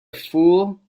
fool